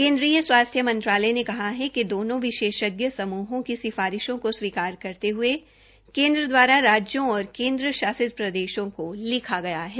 केन्द्रीय स्वास्थ्य मंत्रालय ने कहा कि दोनों विशेषज्ञ समूहों की सिफारिशों को स्वीकार करते हये केन्द्र द्वारा राज्यों और केन्द्र शासित प्रदेशों को लिखा गया है